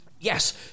yes